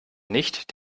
nicht